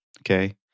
Okay